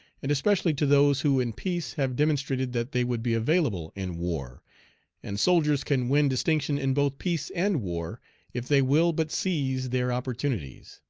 and especially to those who in peace have demonstrated that they would be available in war and soldiers can win distinction in both peace and war if they will but seize their opportunities.